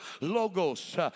logos